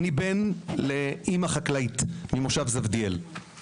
אני בן לאימא חקלאית ממושב זבדיאל.